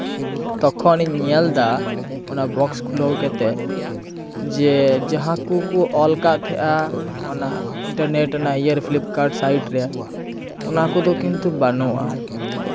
ᱛᱚᱠᱷᱱᱤᱧ ᱧᱮᱞ ᱮᱫᱟ ᱚᱱᱟ ᱵᱚᱠᱥ ᱠᱷᱩᱞᱟᱹᱣ ᱠᱟᱛᱮᱫ ᱡᱮ ᱡᱟᱦᱟᱸ ᱠᱚᱠᱚ ᱚᱞ ᱟᱠᱟᱫ ᱛᱟᱦᱮᱸᱜᱼᱟ ᱚᱱᱟ ᱤᱱᱴᱟᱨᱱᱮᱴ ᱨᱮᱭᱟᱜ ᱤᱭᱟᱨ ᱯᱷᱤᱞᱤᱯᱠᱟᱨᱴ ᱥᱟᱭᱤᱰ ᱨᱮ ᱚᱱᱟ ᱠᱚᱫᱚ ᱠᱤᱱᱛᱩ ᱵᱟᱹᱱᱩᱜᱼᱟ